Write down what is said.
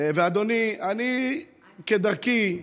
אדוני, אני, כדרכי,